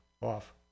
off